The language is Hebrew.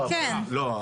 לא.